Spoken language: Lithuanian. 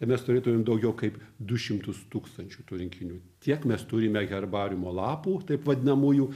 tai mes turėtum daugiau kaip du šimtus tūkstančių tų rinkinių tiek mes turime herbariumo lapų taip vadinamųjų